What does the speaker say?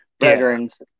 veterans